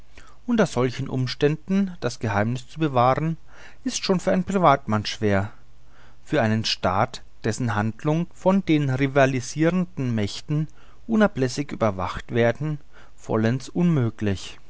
unter solchen umständen das geheimniß zu bewahren ist schon für einen privatmann schwer und für einen staat dessen handlungen von den rivalisirenden mächten unablässig überwacht werden vollends unmöglich